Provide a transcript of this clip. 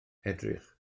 edrych